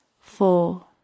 Four